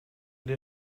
den